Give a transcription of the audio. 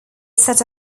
set